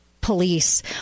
police